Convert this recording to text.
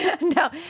No